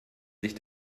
sich